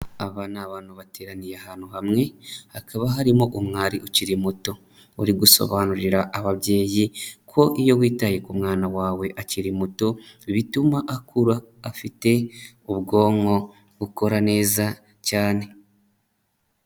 Aba ni abantu bateraniye ahantu hamwe, hakaba harimo umwari ukiri muto, uri gusobanurira ababyeyi ko iyo witaye ku mwana wawe akiri muto, bituma akura afite ubwonko bukora neza cyane.